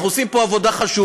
אנחנו עושים פה עבודה חשובה.